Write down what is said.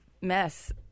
mess